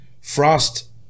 Frost